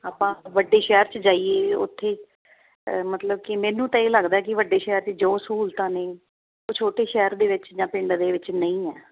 ਆਪਾਂ ਵੱਡੇ ਸ਼ਹਿਰ 'ਚ ਜਾਈਏ ਉੱਥੇ ਮਤਲਬ ਕਿ ਮੈਨੂੰ ਤਾਂ ਇਹ ਲੱਗਦਾ ਕਿ ਵੱਡੇ ਸ਼ਹਿਰ 'ਚ ਜੋ ਸਹੂਲਤਾਂ ਨੇ ਉਹ ਛੋਟੇ ਸ਼ਹਿਰ ਦੇ ਵਿੱਚ ਜਾਂ ਪਿੰਡ ਦੇ ਵਿੱਚ ਨਹੀਂ ਹੈ